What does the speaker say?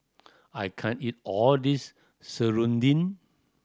I can't eat all this serunding